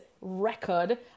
record